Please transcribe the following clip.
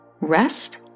Rest